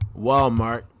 Walmart